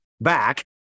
back